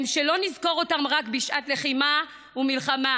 הוא שלא נזכור אותם רק בשעת לחימה ומלחמה,